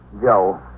Joe